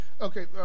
Okay